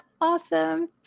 awesome